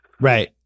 right